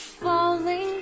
falling